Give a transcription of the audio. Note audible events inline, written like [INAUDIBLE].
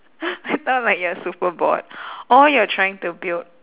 [NOISE] I thought like you're super bored or you're trying to build